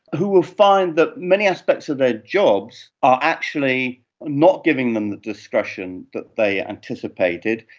who will find that many aspects of their jobs are actually not giving them the discretion that they anticipated,